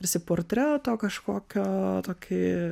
vis į portreto kažkokio tokį